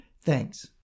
Thanks